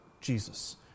Jesus